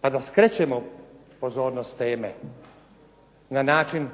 pa da skrećemo pozornost s teme da način